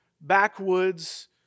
backwoods